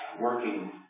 working